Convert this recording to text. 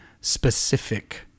specific